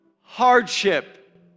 hardship